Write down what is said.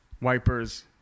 Wipers